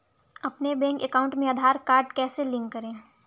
अपने bank account में Aadhaar card कैसे लिंक करें?